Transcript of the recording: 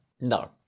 No